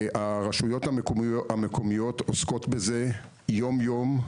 הרשויות המקומיות עוסקות בזה יום-יום,